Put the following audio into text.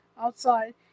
outside